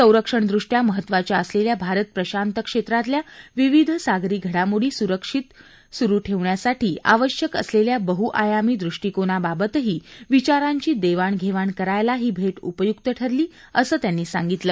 संरक्षणदृष्टया महत्वाच्या असलेल्या भारत प्रशांत क्षेत्रातल्या विविध सागरी घडामोडी सुरक्षित सुरु ठेवण्यासाठी आवश्यक असलेल्या बह्आयामी दृष्टीकोनाबाबतही विचारांची देवाणघेवाण करायला ही भेट उपयुक्त ठरली असं त्यांनी सांगितलं